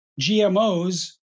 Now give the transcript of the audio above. GMOs